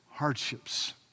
hardships